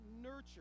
nurture